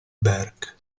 berck